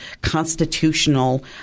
constitutional